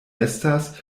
estas